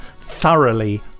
thoroughly